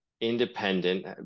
independent